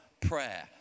prayer